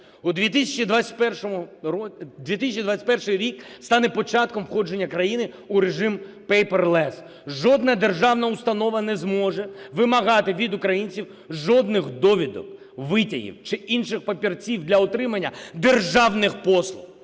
2021 рік стане початком входження країни у режим paperless. Жодна державна установа не зможе вимагати від українців жодних довідок, витягів чи інших папірців для отримання державних послуг.